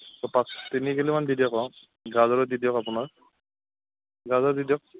চপাক তিনি কিলো মান দি দিয়ক অ' গাজৰো দি দিয়ক আপোনাৰ গাজৰ দি দিয়ক